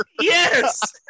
Yes